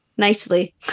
Nicely